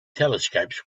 telescopes